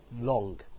long